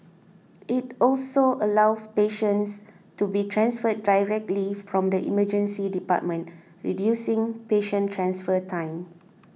it also allows patients to be transferred directly from the Emergency Department reducing patient transfer time